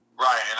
Right